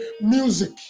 music